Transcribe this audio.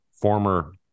former